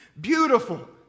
beautiful